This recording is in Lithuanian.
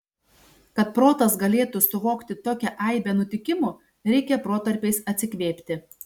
kad protas galėtų suvokti tokią aibę nutikimų reikia protarpiais atsikvėpti